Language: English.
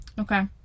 Okay